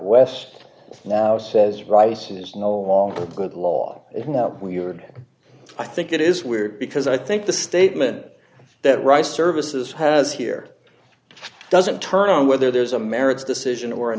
west now says rice is no longer good law isn't that weird i think it is weird because i think the statement that rice services has here doesn't turn on whether there's a merits decision or a